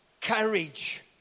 courage